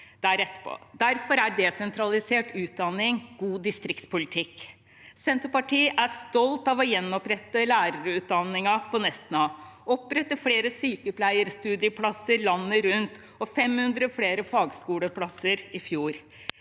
Derfor er desentralisert utdanning god distriktspolitikk. Senterpartiet er stolt av å gjenopprette lærerutdanningen på Nesna og å opprette flere sykepleierstudieplasser landet rundt og 500 flere fagskoleplasser i fjor.